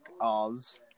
Oz